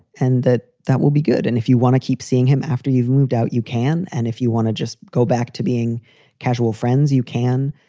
and that that will be good. and if you want to keep seeing him after you've moved out, you can. and if you want to just go back to being casual friends, you can